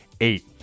eight